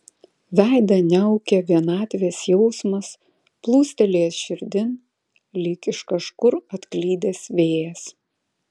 veidą niaukė vienatvės jausmas plūstelėjęs širdin lyg iš kažkur atklydęs vėjas